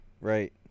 right